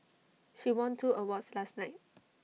she won two awards last night